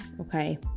Okay